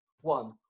One